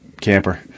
camper